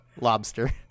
lobster